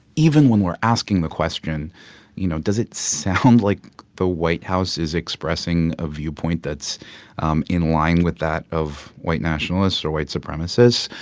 even when we're asking the question you know, does it sound like the white house is expressing a viewpoint that's um in line with that of white nationalists or white supremacists?